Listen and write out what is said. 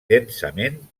densament